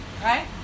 right